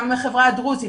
גם עם החברה הדרוזית,